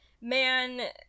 man